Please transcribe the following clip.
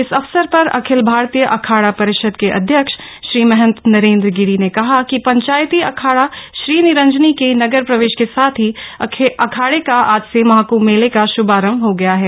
इस अवसर पर अखिल भारतीय अखाड़ा परिषद के अध्यक्ष श्रीमहन्त नरेन्द्र गिरि ने कहा कि पंचायती अखाड़ा श्रीनिरंजनी के नगर प्रवेश के साथ ही अखाड़े का आज से महाकृम्भ मेले का श्भारम्भ हो गया है